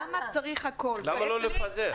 למה לא לפזר?